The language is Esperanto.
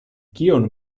kion